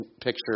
picture